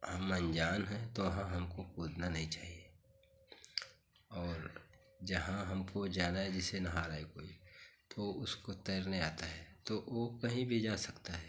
हम अनजान हैं तो वहाँ हमको कूदना नहीं चाहिए और जहाँ हमको जाना है जैसे नहा रहा है कोई तो उसको तैरने आता है तो वह कहीं भी जा सकता है